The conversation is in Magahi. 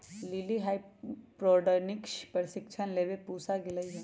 लिली हाइड्रोपोनिक्स के प्रशिक्षण लेवे पूसा गईलय